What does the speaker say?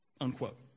Unquote